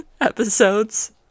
episodes